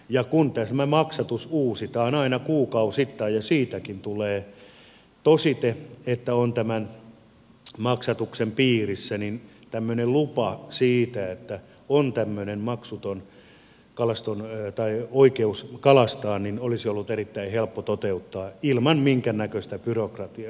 ja kun tämä maksatus uusitaan aina kuukausittain ja siitäkin tulee tosite että on tämän maksatuksen piirissä niin tämmöinen lupa siitä että on tämmöinen maksuton oikeus kalastaa olisi ollut erittäin helppo toteuttaa ilman minkäännäköistä byrokratiaa